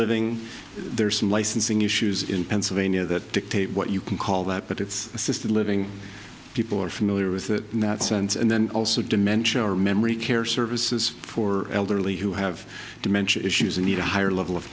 living there are some licensing issues in pennsylvania that dictate what you can call that but it's assisted living people are familiar with that in that sense and then also dementia or memory care services for elderly who have dementia issues and need a higher level of